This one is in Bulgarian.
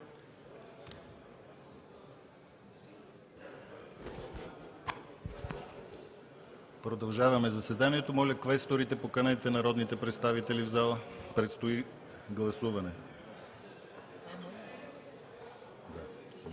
Продължаваме заседанието. Моля, квесторите, поканете народните представители в залата, предстои гласуване.